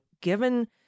given